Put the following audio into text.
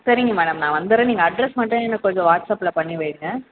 சரிங்க மேடம் நான் வந்துடுறேன் நீங்கள் அட்ரஸ் மட்டும் எனக்கு கொஞ்சம் வாட்ஸ்அப்பில் பண்ணி வைங்க